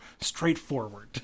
straightforward